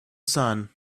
sun